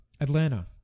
atlanta